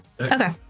okay